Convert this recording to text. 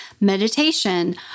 meditation